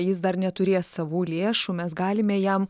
jis dar neturės savų lėšų mes galime jam